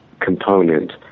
component